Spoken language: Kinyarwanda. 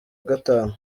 gatanu